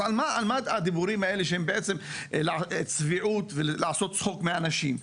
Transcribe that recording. אז על מה הדיבורים האלה שהם בעצם צביעות ולעשות צחוק מהאנשים?